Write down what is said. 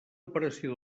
operació